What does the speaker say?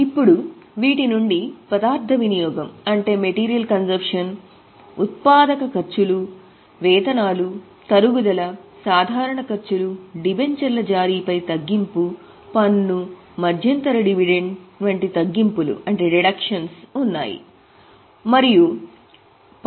ఇప్పుడు వీటి నుండి పదార్థ ఉన్నది